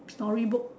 story book